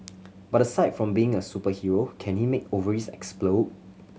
but aside from being a superhero can he make ovaries explode